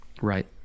right